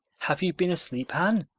have you been asleep, anne?